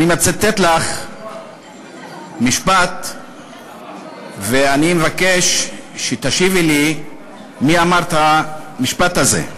אני מצטט לך משפט ואני מבקש שתשיבי לי מי אמר את המשפט הזה: